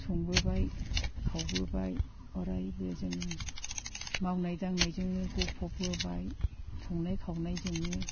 संबोबाय खावबोबाय अरायबो जोङो मावनाय दांनायजोंनो गफबबोबाय संनाय खावनाय जोंनो